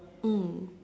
mm